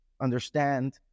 understand